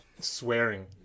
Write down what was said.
swearing